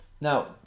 Now